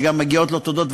שגם לו מגיעות תודות,